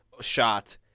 shot